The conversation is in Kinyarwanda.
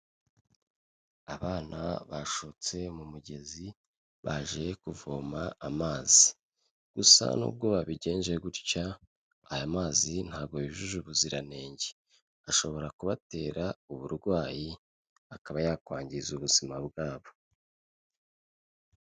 Abana bashotse mu mugezi baje kuvoma amazi gusa nubwo babigenje gutya aya mazi ntabwo yujuje ubuziranenge, ashobora kubatera uburwayi akaba yakwangiza ubuzima bwabo.